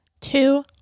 two